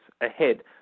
ahead